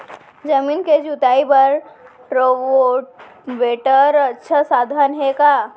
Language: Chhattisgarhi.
जमीन के जुताई बर रोटोवेटर अच्छा साधन हे का?